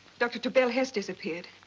dr. tobel has disappeared.